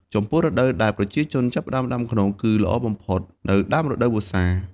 ចំពោះរដូវដែលប្រជាជនចាប់ផ្តើមដាំខ្នុរ គឺល្អបំផុតនៅដើមរដូវវស្សា។